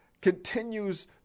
continues